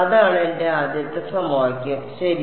അതാണ് എന്റെ ആദ്യത്തെ സമവാക്യം ശരി